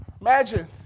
Imagine